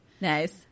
Nice